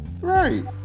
right